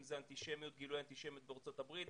אם אלה גילויי אנטישמיות בארצות הברית,